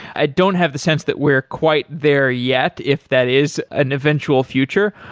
i don't have the sense that we're quite there yet if that is an eventual future,